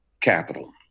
Capital